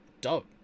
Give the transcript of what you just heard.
dope